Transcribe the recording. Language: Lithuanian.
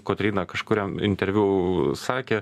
kotryna kažkuriam interviu sakė